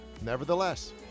Nevertheless